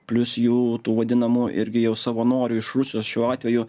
plius jų tų vadinamų irgi jau savanorių iš rusijos šiuo atveju